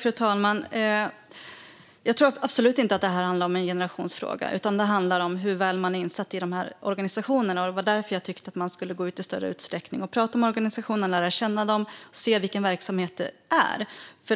Fru talman! Jag tror absolut inte att det handlar om en generationsfråga. Det handlar om hur väl man är insatt i de här organisationerna. Det var därför jag tyckte att man i större utsträckning skulle gå ut och prata med organisationerna, lära känna dem och se vilken verksamhet det är.